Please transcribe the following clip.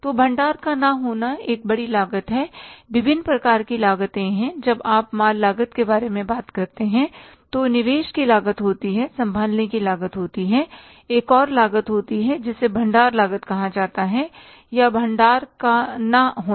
तो भंडार का ना होना एक बड़ी लागत है विभिन्न प्रकार की लागतें हैं जब आप माल लागत के बारे में बात करते हैं तो निवेश की लागत होती है संभालने की लागत होती है एक और लागत होती है जिसे भंडार लागत कहा जाता है या भंडार का ना होना